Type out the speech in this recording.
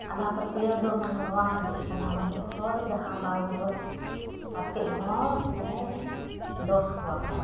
ᱟᱸᱫᱷᱟ ᱯᱟᱹᱛᱭᱟᱹᱣᱫᱚ ᱢᱟᱱᱮ ᱱᱚᱣᱟ ᱦᱩᱭᱩᱜ ᱠᱟᱱᱟ ᱢᱟᱱᱮ ᱦᱚᱲ ᱡᱟᱦᱟᱸ ᱵᱟᱝ ᱫᱳᱥ ᱠᱟᱛᱮᱫᱦᱚᱸ ᱢᱟᱱᱮ ᱫᱳᱥ ᱠᱚᱣᱟ ᱠᱚ